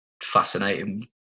fascinating